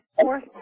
fourth